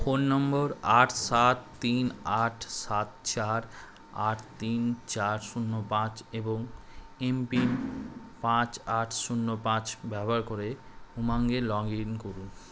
phone number আট সাত তিন আট সাত চার আট তিন চার শূন্য পাঁচ এবং এমপিন পাঁচ আট শূন্য পাঁচ ব্যবহার করে উমাঙ্গে লগ ইন করুন